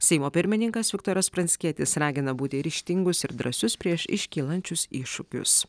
seimo pirmininkas viktoras pranckietis ragina būti ryžtingus ir drąsius prieš iškylančius iššūkius